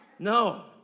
No